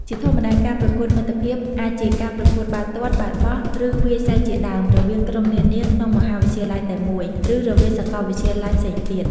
ជាធម្មតា ការប្រកួតមិត្តភាពអាចជាការប្រកួតបាល់ទាត់ បាល់បោះ ឬវាយសីជាដើម រវាងក្រុមនានាក្នុងមហាវិទ្យាល័យតែមួយ ឬរវាងសាកលវិទ្យាល័យផ្សេងគ្នា។